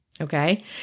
okay